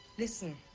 listen,